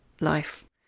life